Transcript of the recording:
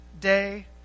day